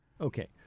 Okay